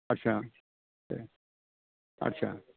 आच्चा आच्चा